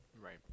Right